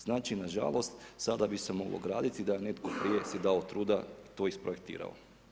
Znači, na žalost sada bi se moglo graditi da je netko prije si dao truda i to isprojektirao.